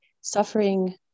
suffering